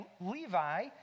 Levi